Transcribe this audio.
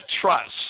trust